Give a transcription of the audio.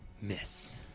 Miss